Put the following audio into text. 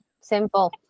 simple